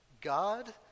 God